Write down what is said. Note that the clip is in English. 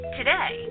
Today